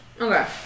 Okay